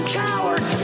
coward